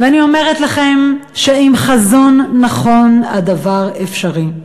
בישראל, ואני אומרת לכם שעם חזון נכון הדבר אפשרי.